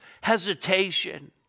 hesitation